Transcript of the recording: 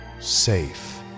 Safe